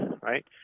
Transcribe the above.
right